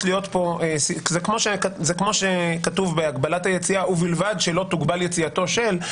להיות פה זה כמו שכתוב בהגבלת היציאה: ובלבד שלא תוגבל יציאתו של.